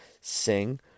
sing